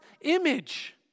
image